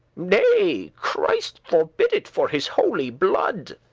nay, christ forbid it for his holy blood!